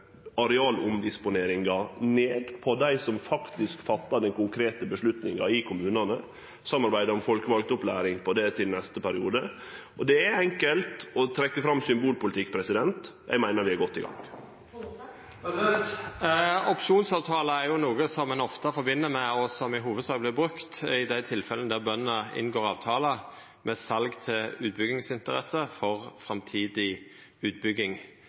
arealomdisponeringa ned til dei som faktisk fattar dei konkrete beslutningane i kommunane, og vi samarbeider om opplæring av folkevalde i det til neste periode. Det er enkelt å trekkje fram symbolpolitikk. Eg meiner vi er godt i gang. Opsjonsavtaler er jo noko som ein ofte assosierer med, og som hovudsakleg vert brukte i, dei tilfella der bøndene inngår avtaler om sal til utbyggingsinteresser for framtidig utbygging.